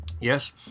Yes